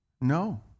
No